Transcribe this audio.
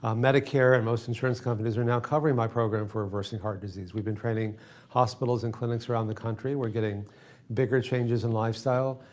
ah medicare and most insurance companies are now covering my program for reversing heart disease. we've been training hospitals and clinics around the country, we're getting bigger changes in lifestyle,